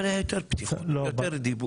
אבל הייתה יותר פתיחות, היה יותר דיבור.